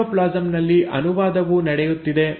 cytoplasm ನಲ್ಲಿ ಅನುವಾದವೂ ನಡೆಯುತ್ತಿದೆ